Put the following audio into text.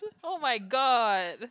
oh-my-god